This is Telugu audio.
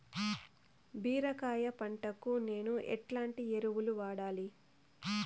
బీరకాయ పంటకు నేను ఎట్లాంటి ఎరువులు వాడాలి?